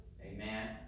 Amen